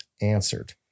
answered